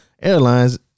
Airlines